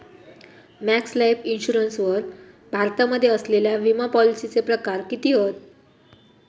Max Life Insurance वर भारतामध्ये असलेल्या विमापॉलिसीचे प्रकार किती हत?